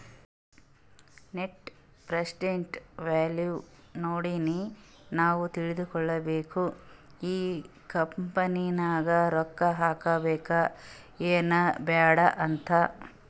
net present value ನೋಡಿನೆ ನಾವ್ ತಿಳ್ಕೋಬೇಕು ಈ ಕಂಪನಿ ನಾಗ್ ರೊಕ್ಕಾ ಹಾಕಬೇಕ ಎನ್ ಬ್ಯಾಡ್ ಅಂತ್